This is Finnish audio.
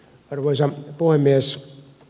arvoisa puhemies